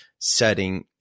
setting